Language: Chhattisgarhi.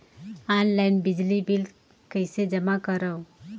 ऑनलाइन बिजली बिल कइसे जमा करव?